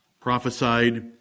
prophesied